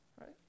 right